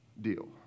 deal